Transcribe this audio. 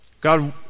God